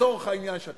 לצורך העניין,